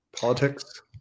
politics